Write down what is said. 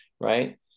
right